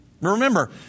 Remember